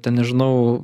ten nežinau